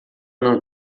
não